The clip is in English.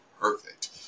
perfect